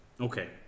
Okay